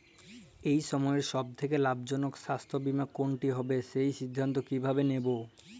এই সময়ের সব থেকে লাভজনক স্বাস্থ্য বীমা কোনটি হবে সেই সিদ্ধান্ত কীভাবে নেব?